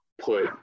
put